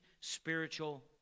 spiritual